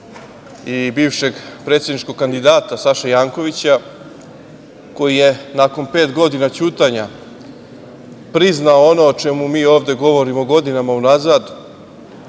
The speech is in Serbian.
i bivšeg predsedničkog kandidata Saše Jankovića, koji je nakon pet godina ćutanja, priznao ono o čemu mi ovde govorimo godinama unazad,